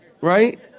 Right